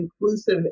inclusive